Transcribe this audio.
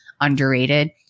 underrated